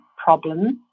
Problems